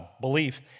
belief